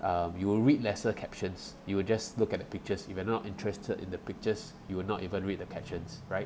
uh you will read lesser captions you just look at the pictures if you're not interested in the pictures you will not even read the captions right